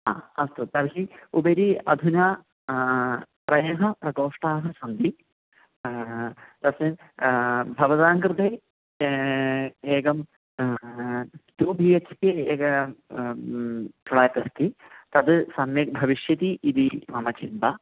हा अस्तु तर्हि उपरि अधुना त्रयः प्रकोष्ठाः सन्ति तस्य भवतां कृते एकं टु बि हेच् के एकं फ़्लाट् अस्ति तद् सम्यक् भविष्यति इति मम चिन्ता